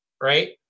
right